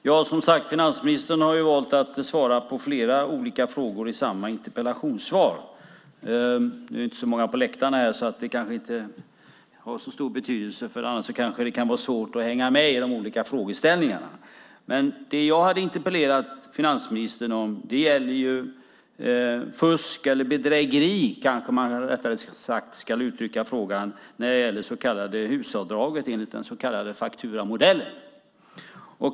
Herr talman! Finansministern har, som här sagts, valt att svara på flera olika frågor i samma interpellationssvar. Men det är inte så många på läktaren, så det har kanske inte så stor betydelse. Annars kan det kanske vara svårt att hänga med i de olika frågeställningarna. Det jag interpellerat finansministern om gäller fusk, eller kanske rättare sagt bedrägeri när det gäller det så kallade HUS-avdraget enligt den så kallade fakturamodellen.